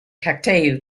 cocteau